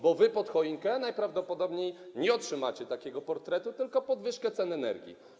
Bo wy pod choinkę najprawdopodobniej nie otrzymacie takiego portretu, tylko podwyżkę cen energii.